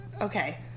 okay